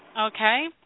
Okay